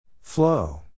Flow